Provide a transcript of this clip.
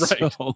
Right